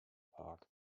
park